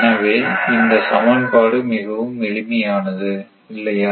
எனவே இந்த சமன்பாடு மிகவும் எளிமையானது இல்லையா